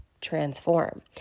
transform